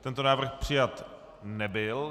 Tento návrh přijat nebyl.